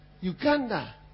Uganda